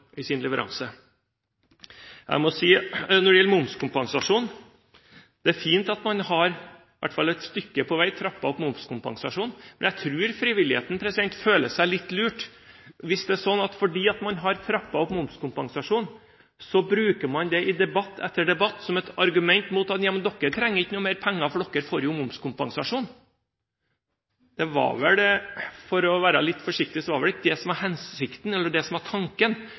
i sin leveranse. Når det gjelder momskompensasjon, er det fint at man i alle fall et stykke på vei har trappet opp momskompensasjonen. Men jeg tror frivilligheten føler seg litt lurt hvis det er sånn at fordi man har trappet opp momskompensasjonen, bruker man dette i debatt etter debatt som et argument: Dere trenger ikke noe mer penger, for dere får jo momskompensasjon. For å være litt forsiktig – det var vel ikke det som var hensikten eller tanken da man innførte momskompensasjon. Tanken var at det skulle være nettopp det som